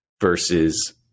versus